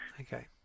Okay